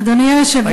אדוני היושב-ראש,